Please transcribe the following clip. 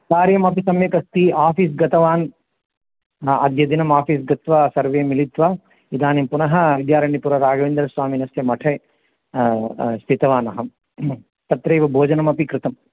कार्यमपि सम्यगस्ति आफ़ीस् गतवान् हा अद्यदिनं आफ़ीस् गत्वा सर्वे मिलित्वा इदानीं पुनः विद्यारण्यपुरराघवेन्द्रस्वामिनस्य मठे स्थितवान् अहं तत्रैव भोजनमपि कृतम्